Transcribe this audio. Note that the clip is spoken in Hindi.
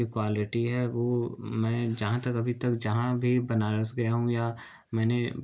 कि क्वालिटी है वो मैं जहाँ तक अभी तक जहाँ भी बनारस गया हूँ या मैंने